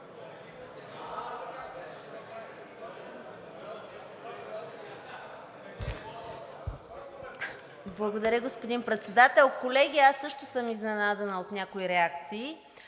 Благодаря, господин Председател. Колеги, аз също съм изненадана от някои реакции,